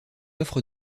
offre